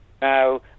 Now